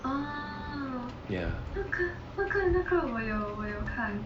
ya we're gonna kind of pan